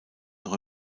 noch